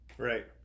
Right